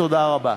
תודה רבה.